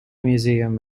museum